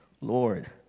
Lord